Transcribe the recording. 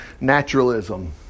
naturalism